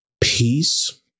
peace